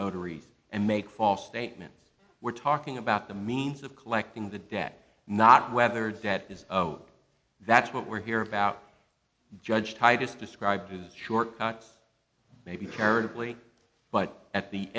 notary's and make false statements we're talking about the means of collecting the debt not whether debt is zero that's what we're here about judge titus described as short cuts maybe terribly but at the